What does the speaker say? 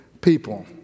people